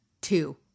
two